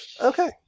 Okay